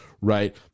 Right